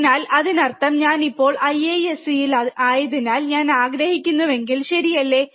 അതിനാൽ അതിനർത്ഥം ഞാൻ ഇപ്പോൾ IIScയിൽ ആയതിനാൽ ഞാൻ ആഗ്രഹിക്കുന്നുവെങ്കിൽ ശരിയല്ലേ